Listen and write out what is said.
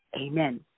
amen